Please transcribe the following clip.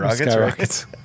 Skyrockets